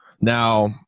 Now